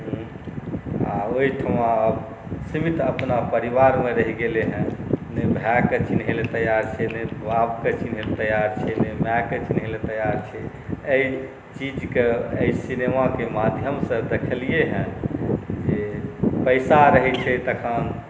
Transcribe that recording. आओर ओहिठमा आब सीमित अपना परिवारमे रहि गेलै हेँ नहि भाइके चिन्हैलए तैआर छै नहि बापके चिन्हैलए तैआर छै नहि माइके चिन्हैलए तैआर छै एहि चीजके एहि सिनेमाके माध्यमसँ देखलिए हेँ जे पइसा रहै छै तखन